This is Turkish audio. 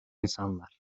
insanlar